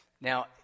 Now